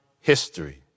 history